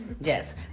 yes